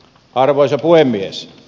arvoisa puhemies